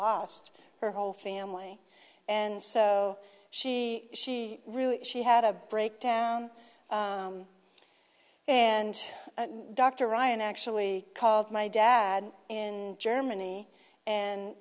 lost her whole family and so she she really she had a breakdown and dr ryan actually called my dad in germany and